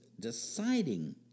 deciding